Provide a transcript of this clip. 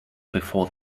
before